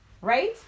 right